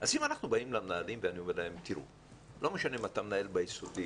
אז אם אנחנו באים למנהלים ואומרים להם שלא משנה אם אתה מנהל ביסודי,